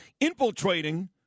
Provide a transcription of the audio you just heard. infiltrating